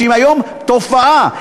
היום היא תופעה,